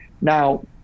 now